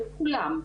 את כולם,